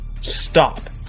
stop